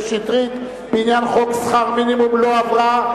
שטרית בעניין חוק שכר מינימום לא עברה,